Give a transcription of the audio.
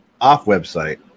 off-website